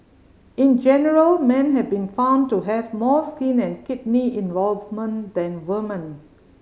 in general men have been found to have more skin and kidney involvement than woman